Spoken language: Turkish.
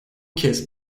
kez